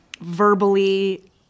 verbally